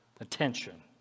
attention